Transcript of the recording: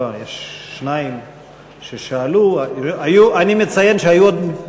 לא, יש שניים ששאלו, אני מציין שהיו עוד,